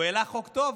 הוא העלה חוק טוב.